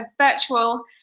virtual